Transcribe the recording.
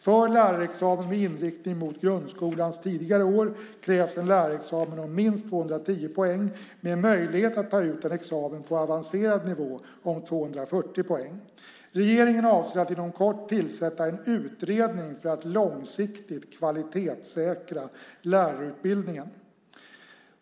För lärarexamen med inriktning mot grundskolans tidigare år krävs en lärarexamen om minst 210 poäng med möjlighet att ta ut en examen på avancerad nivå om 240 poäng. Regeringen avser att inom kort tillsätta en utredning för att långsiktigt kvalitetssäkra lärarutbildningen.